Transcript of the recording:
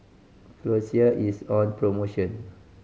Floxia is on promotion